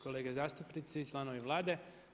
Kolege zastupnici, članovi Vlade.